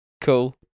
Cool